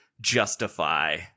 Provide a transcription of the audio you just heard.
justify